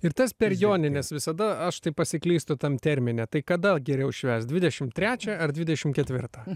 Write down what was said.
ir tas per jonines visada aš tai pasiklystu tam termine tai kada geriau švęst dvidešimt trečią ar dvidešimt ketvirtą